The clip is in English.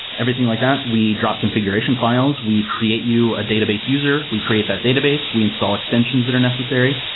everything like that, we drop configuration files. we create you a database user. we create that database. we install extensions that are necessary,